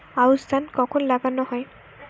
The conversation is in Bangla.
আউশ ধান কখন লাগানো হয়?